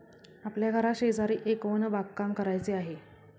आपल्या घराशेजारी एक वन बागकाम करायचे आहे